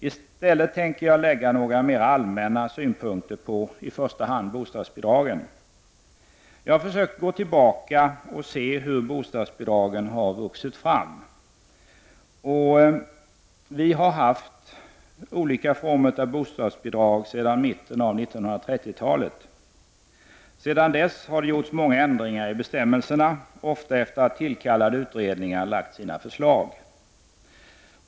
I stället tänkte jag framföra några mera allmänna synpunkter på i första hand bostadsbidragen. Jag har försökt gå tillbaka och se hur bostadsbidragen har vuxit fram. Vi har haft olika former av bostadsbidrag sedan mitten av 1930-talet. Sedan dess har det gjorts många ändringar i bestämmelserna, ofta efter att tillkallade utredningar lagt fram sina förslag.